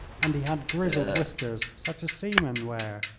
and he had grizzled whiskers such as seamen wear.